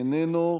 איננו,